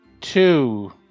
two